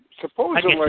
supposedly